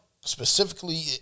specifically